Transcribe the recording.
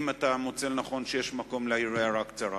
אם אתה מוצא לנכון שיש מקום להעיר הערה קצרה.